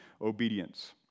obedience